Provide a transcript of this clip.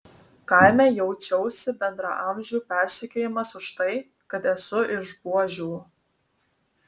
kaime jaučiausi bendraamžių persekiojamas už tai kad esu iš buožių